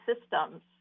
systems